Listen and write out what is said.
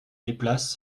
déplacent